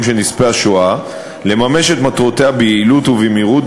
של נספי השואה לממש את מטרותיה ביעילות ובמהירות,